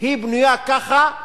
היא בנויה ככה,